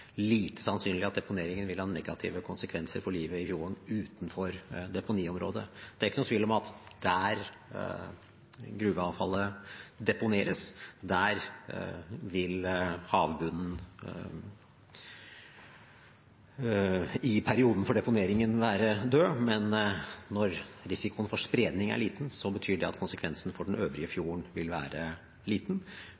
lite sannsynlig at deponeringen vil ha negative konsekvenser for livet i fjorden utenfor deponiområdet. Det er ikke noen tvil om at der gruveavfallet deponeres, vil havbunnen i perioden for deponeringen være død, men når risikoen for spredning er liten, betyr det at konsekvensen for den øvrige